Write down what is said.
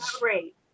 great